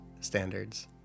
standards